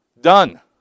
Done